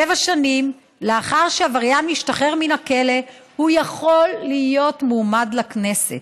שבע שנים לאחר שעבריין השתחרר מן הכלא הוא יכול להיות מועמד לכנסת.